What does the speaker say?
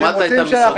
שמעת את המשרדים האחרים.